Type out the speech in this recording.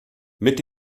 mit